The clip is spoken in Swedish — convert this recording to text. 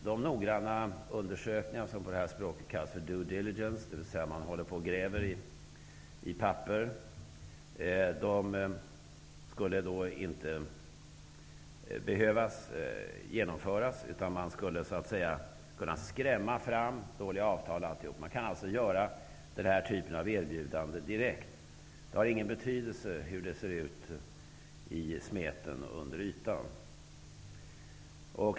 De nogranna undersökningar som på det här språket kallas för ''do diligence'', och som betyder att man gräver i papper, skulle inte behöva genomföras, utan i stället skulle man kunna ''skrämma'' fram dåliga avtal. Man kan alltså göra den här typen av erbjudande direkt. Det har ingen betydelse hur det ser ut i smeten under ytan.